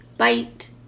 bite